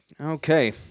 Okay